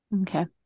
Okay